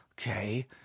okay